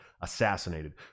assassinated